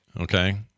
okay